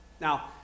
Now